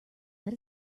let